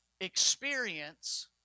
experience